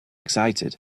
excited